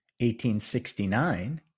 1869